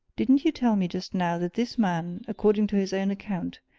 didn't you tell me just now that this man, according to his own account,